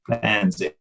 plans